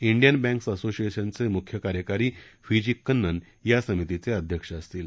Indian banks असोसिएशनचे मुख्य कार्यकारी व्हीजी कन्नन या समितीचे अध्यक्ष असतील